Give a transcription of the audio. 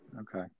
Okay